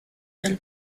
del